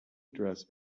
address